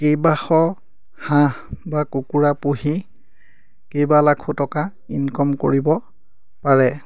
কেইবাশ হাঁহ বা কুকুৰা পুহি কেইবা লাখো টকা ইনকম কৰিব পাৰে